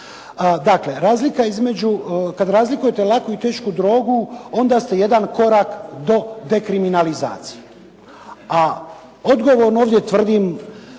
između kad razlikujete laku i tešku drogu onda ste jedan korak do dekriminalizacije, a odgovorno ovdje tvrdim